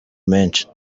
menshi